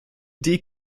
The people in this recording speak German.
idee